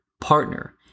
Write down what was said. partner